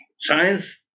Science